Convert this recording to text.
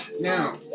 Now